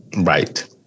Right